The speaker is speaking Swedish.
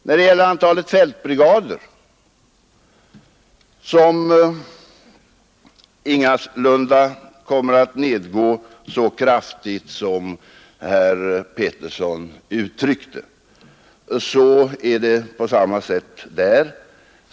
När det gäller antalet fältbrigader, som ingalunda kommer att nedgå så kraftigt som herr Petersson i Gäddvik påstod, förhåller det sig på samma sätt.